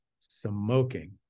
smoking